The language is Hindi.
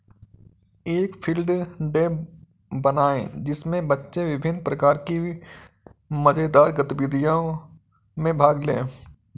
एक फील्ड डे बनाएं जिसमें बच्चे विभिन्न प्रकार की मजेदार गतिविधियों में भाग लें